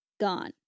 Gone